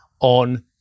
on